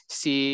si